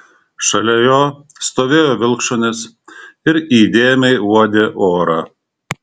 šalia jo stovėjo vilkšunis ir įdėmiai uodė orą